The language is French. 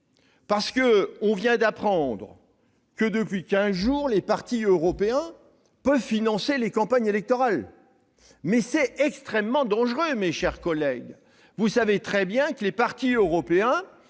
en effet d'apprendre que, depuis quinze jours, les partis européens peuvent financer les campagnes électorales. C'est extrêmement dangereux, mes chers collègues. Vous savez très bien que les partis européens